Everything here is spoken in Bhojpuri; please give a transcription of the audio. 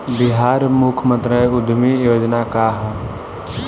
बिहार मुख्यमंत्री उद्यमी योजना का है?